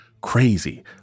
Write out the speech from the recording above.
crazy